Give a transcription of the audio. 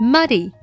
Muddy